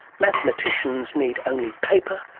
mathematicians need only paper,